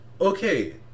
okay